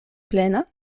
plena